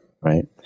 right